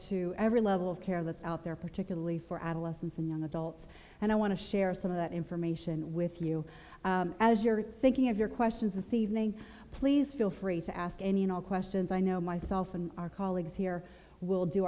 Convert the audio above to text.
to every level of care that's out there particularly for adolescents and young adults and i want to share some of that information with you as you're thinking of your questions this evening please feel free to ask any and all questions i know myself and our colleagues here we'll do